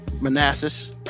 Manassas